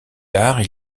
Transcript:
tard